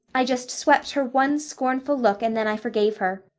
i just swept her one scornful look and then i forgave her.